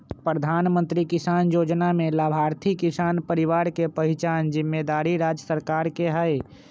प्रधानमंत्री किसान जोजना में लाभार्थी किसान परिवार के पहिचान जिम्मेदारी राज्य सरकार के हइ